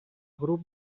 grup